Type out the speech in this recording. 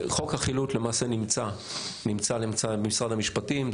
חוק החילוט למעשה נמצא במשרד המשפטים,